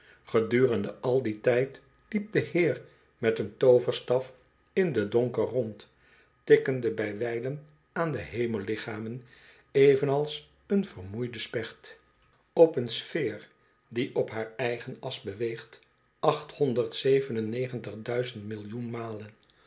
gedurende al dien tijd liep de heer met den tooverstaf in den donker rond tikkende bijwijlen aan de hemellichamen evenals een vermoeide specht de viering van geboortedagen op een sfeer die op haar eigen as beweegt achthonderd zeven en negentig duizend millioen